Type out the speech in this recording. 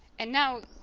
and now